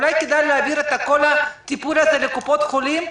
אולי כדאי להעביר את כל הטיפול הזה לקופות החולים?